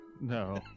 No